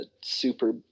super